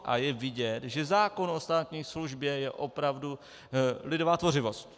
A je vidět, že zákon o státní službě je opravdu lidová tvořivost.